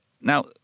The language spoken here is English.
Now